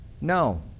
No